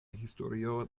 historio